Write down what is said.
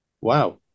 wow